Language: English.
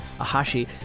Ahashi